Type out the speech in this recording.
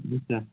yes sir